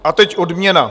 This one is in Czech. A teď odměna.